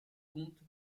comptes